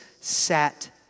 sat